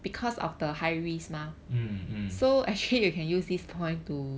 mm mm